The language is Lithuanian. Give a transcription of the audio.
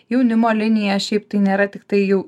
jaunimo linija šiaip tai nėra tiktai jau